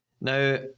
now